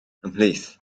ymhlith